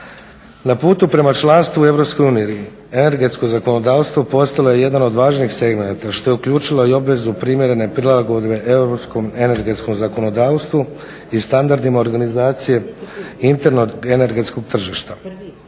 Na putu prema članstvu u EU energetsko zakonodavstvo postalo je jedan od važnijih segmenata što je uključilo i obvezu primjerene prilagodbe europskom energetskom zakonodavstvu i standardima organizacije internog energetskog tržišta.